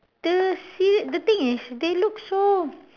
the see the thing is they look so